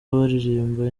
baririmba